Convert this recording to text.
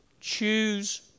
Choose